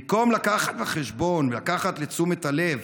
במקום להביא בחשבון ולקחת לתשומת הלב